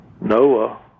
Noah